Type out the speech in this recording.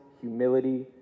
humility